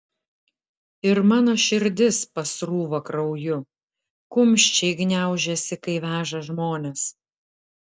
ir mano širdis pasrūva krauju kumščiai gniaužiasi kai veža žmones